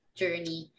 journey